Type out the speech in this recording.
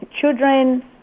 children